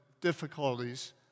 difficulties